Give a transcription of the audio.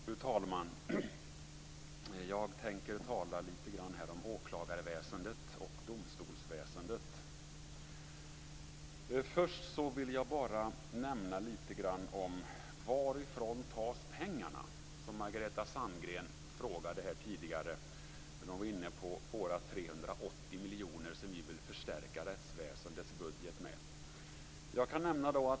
Fru talman! Jag tänker tala lite grann om åklagarväsendet och domstolsväsendet. Först vill jag nämna lite grann om varifrån pengarna tas, som Margareta Sandgren frågade tidigare. Hon nämnde de 380 miljoner kronor som vi vill förstärka rättsväsendets budget med.